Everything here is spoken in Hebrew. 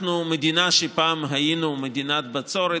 אנחנו מדינה שפעם היינו מדינת בצורת,